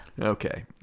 okay